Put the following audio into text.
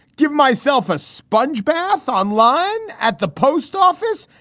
give myself a sponge bath on line at the post office.